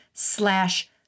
slash